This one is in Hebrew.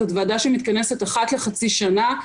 זאת ועדה שמתכנסת אחת לחצי שנה.